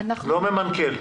לא ממנכל.